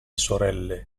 sorelle